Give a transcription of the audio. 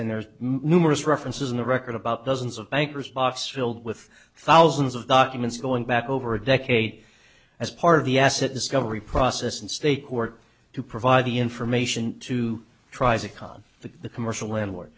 and there's numerous references in the record about dozens of bankers box filled with thousands of documents going back over a decade as part of the asset discovery process and state court to provide the information to try to calm the commercial landlord